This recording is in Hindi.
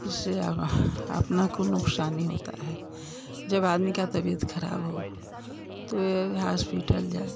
उससे अपनों को नुकसान ही होता है जब आदमी का तबीयत खराब हो तो हास्पिटल जाए